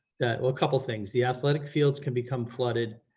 a couple things, the athletic fields can become flooded,